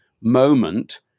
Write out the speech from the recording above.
moment